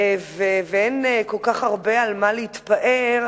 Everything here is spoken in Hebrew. ואין כל כך הרבה במה להתפאר,